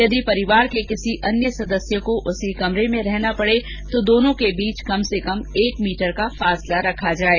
यदि परिवार के किसी अन्य सदस्य को उसी कमरे में रहना पड़े तो दोनों के बीच कम से कम एक मीटर का फासला रखा जाये